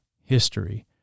history